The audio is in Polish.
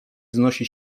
wznosi